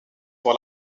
pour